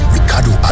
Ricardo